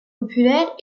populaire